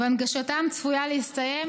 והנגשתם צפויה להסתיים